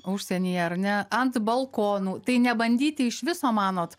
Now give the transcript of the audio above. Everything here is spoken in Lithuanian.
užsienyje ar ne ant balkonų tai ne bandyti iš viso manot